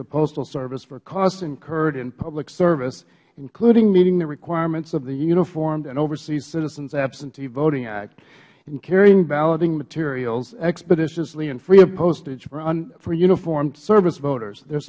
the postal service for costs incurred in public service including meeting the requirements of the uniformed and overseas citizens absentee voting act in carrying balloting materials expeditiously and free of postage for uniformed service voters their